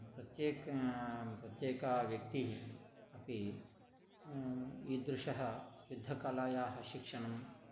प्रत्येक् प्रत्येकः व्यक्तिः अपि इदृशः युद्धकलायाः शिक्षणम्